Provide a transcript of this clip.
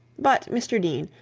but, mr dean,